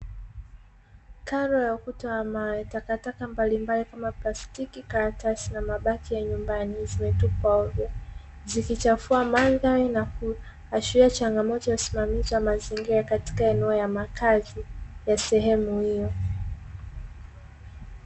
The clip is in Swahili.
Karo ya ukuta wa mawe takataka mbalimbali kama plastiki na mabaki ya nyumbani, zimetupwa hovyo zikichafua mandhari na kuashiria changomoto ya usimamizi wa mazingira wa eneo ya makazi ya sehemu hiyo.